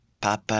Papa